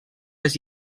les